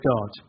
God